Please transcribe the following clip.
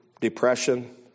depression